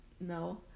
no